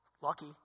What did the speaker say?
lucky